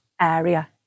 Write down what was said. area